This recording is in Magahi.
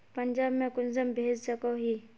पंजाब में कुंसम भेज सकोही?